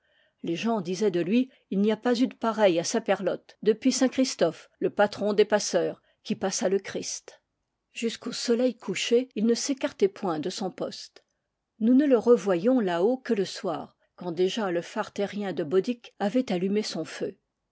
les gens disaient de lui il n'y a pas eu de pareil à saperlott depuis saint chris tophe le patron des passeurs qui passa le christ jusqu'au soleil couché il ne s'écartait point de son poste nous ne le revoyions là-haut que le soir quand déjà le phare terrien de bodic avait allumé son feu